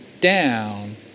down